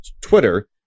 Twitter